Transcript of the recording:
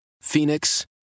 Phoenix